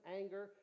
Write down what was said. anger